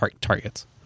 targets